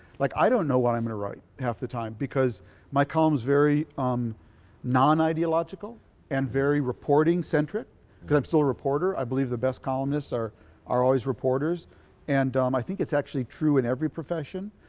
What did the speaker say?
like i don't know what i'm going to write half the time because my column is very um non-ideological and very reporting centric because i'm still a reporter i believe the best columnists are are always reporters and um i think it's actually true in every profession.